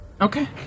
Okay